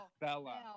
Bella